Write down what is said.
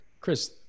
Chris